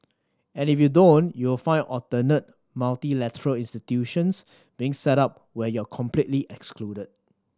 and if you don't you will find alternate multilateral institutions being set up where you are completely excluded